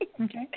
Okay